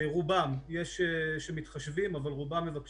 זה בוודאות מקל על אותם עסקים שהיום יש להם שוטף פלוס 180 יום במקומות